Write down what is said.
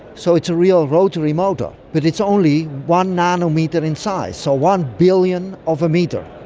so it's a real rotary motor. but it's only one nanometre in size, so one billionth of a metre.